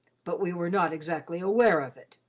but we were not exactly aware of it.